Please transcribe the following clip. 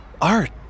art